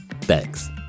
thanks